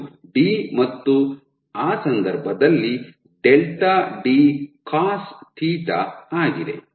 ಇದು ಡಿ ಮತ್ತು ಆ ಸಂದರ್ಭದಲ್ಲಿ ಡೆಲ್ಟಾ d cosθ ಆಗಿದೆ